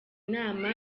nama